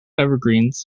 evergreens